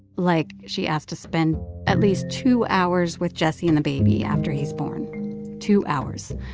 like, she asked to spend at least two hours with jessie and the baby after he's born two hours.